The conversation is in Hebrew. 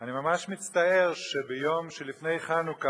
אני ממש מצטער שביום שלפני חנוכה,